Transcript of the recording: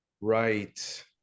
right